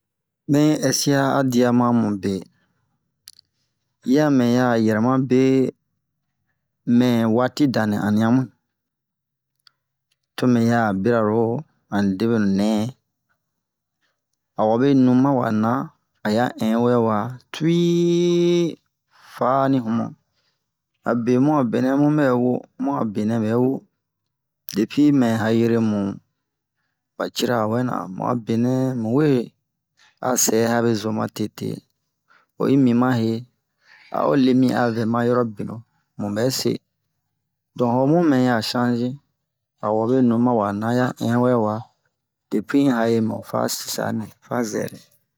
Mɛ ɛsia a diya ma mube yi'a mɛ ya yɛrɛma be mɛ waati dan nɛ aniya mu to mɛ ya bira lo ani debenu nɛ a wabe nu ma wa na a ya in wɛ wa tuyi fa ni humu abe mu a benɛ mu bɛ wo mu a benɛ bɛ wo depi mɛ hayeremu ba cira wɛ na mu a benɛ mu we a sɛ habezo ma tete oyi mi he a'o le mi a vɛ ma yoro binu mu bɛ don ho mu mɛ ya sanze a wabe nu ma wa na ya in wɛ wa depi in hayemu fa sisanɛ fa zɛrɛ